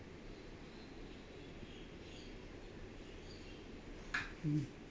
mm